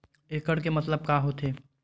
एकड़ के मतलब का होथे?